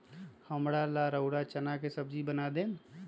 हमरा ला रउरा चना के सब्जि बना देम